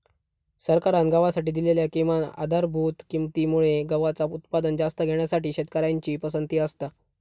सरकारान गव्हासाठी दिलेल्या किमान आधारभूत किंमती मुळे गव्हाचा उत्पादन जास्त घेण्यासाठी शेतकऱ्यांची पसंती असता